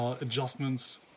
adjustments